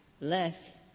less